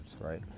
right